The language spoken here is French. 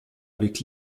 avec